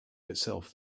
itself